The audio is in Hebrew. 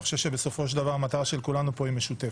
אני חושב שבסופו של דבר המטרה של כולנו כאן היא משותפת.